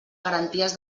garanties